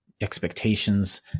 expectations